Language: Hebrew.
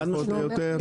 פחות או יותר?